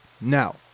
Now